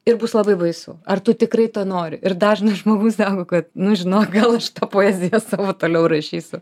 ir bus labai baisu ar tu tikrai to nori ir dažnas žmogus sako kad nu žinok gal aš tą poeziją savo toliau rašysiu